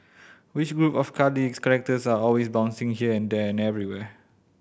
which group of cuddly characters are always bouncing here and there and everywhere